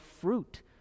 fruit